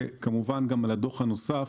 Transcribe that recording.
וכמובן גם על הדוח הנוסף